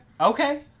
Okay